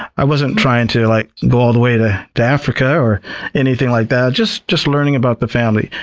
i wasn't trying to like go all the way to to africa or anything like that just just learning about the family.